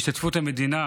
השתתפות המדינה